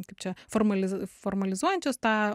kaip čia formaliz formalizuojančios tą